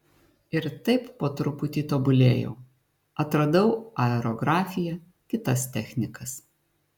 ir taip po truputį tobulėjau atradau aerografiją kitas technikas